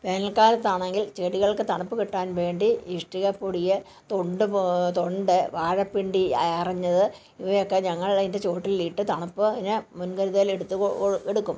വേനൽക്കാലത്താണെങ്കിൽ ചെടികൾക്ക് തണുപ്പ് കിട്ടാൻ വേണ്ടി ഇഷ്ടികപ്പൊടിയെ തൊണ്ട്പോ തൊണ്ട് വാഴപ്പിണ്ടി അറഞ്ഞത് ഇവയൊക്കെ ഞങ്ങൾ അതിൻ്റെ ചുവട്ടിൽ ഇട്ട് തണുപ്പിന് മുൻകരുതൽ എടുത്ത് എടുക്കും